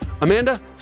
Amanda